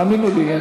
האמינו לי.